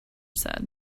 said